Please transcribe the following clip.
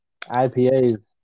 IPAs